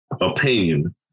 opinion